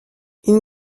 une